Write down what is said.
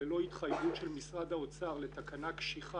ללא התחייבות של משרד האוצר לתקנה קשיחה